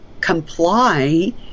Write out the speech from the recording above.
comply